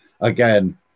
again